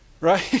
Right